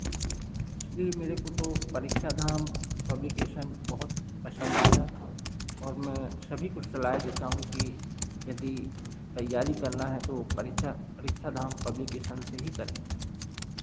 इसलिए मेरे को तो परीक्षा धाम पब्लिकेशन बहुत पसंद आया और मैं सभी को सलाह देता हूँ कि यदि तैयारी करना है तो परीक्षा परीक्षा धाम पब्लिकेशन से ही करें